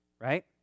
Right